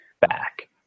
back